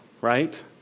right